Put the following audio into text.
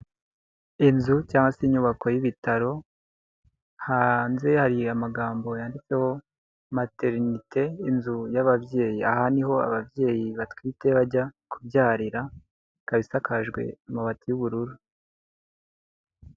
Inzu cyangwa se inyubako y'ibitaro, hanze hari amagambo yanditseho materinite inzu y'ababyeyi, aha niho ababyeyi batwite bajya kubyarira, ikaba isakajwe amabati y'ubururu.